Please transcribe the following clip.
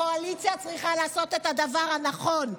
הקואליציה צריכה לעשות את הדבר הנכון.